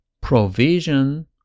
provision